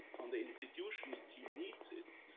on the institution, he needs it.